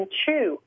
chew